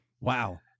wow